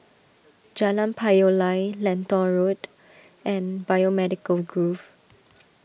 Jalan Payoh Lai Lentor Road and Biomedical Grove